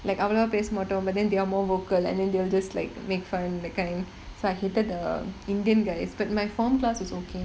like அவலவா பேசமாட்டோம்:avalavaa pesamattom but then they are more vocal and then they will just like make fun that kind so I hated the indian guys but my form class is okay